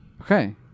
Okay